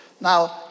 Now